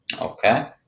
Okay